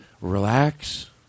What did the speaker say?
relax